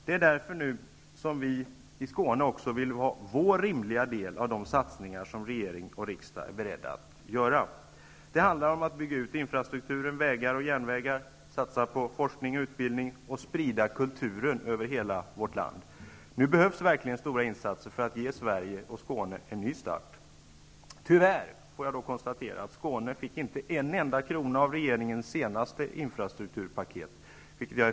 Det är därför som vi i Skåne nu också vill ha vår rimliga del av de satsningar som regering och riksdag är beredda att göra. Det handlar om att bygga ut infrastrukturen med vägar och järnvägar, satsa på forskning och utbildning och sprida kulturen över hela vårt land. Nu behövs verkligen stora insatser för att ge Sverige och Skåne en ny start. Tyvärr måste jag då konstatera att Skåne inte fick en enda krona av regeringens senaste infrastrukturpaket.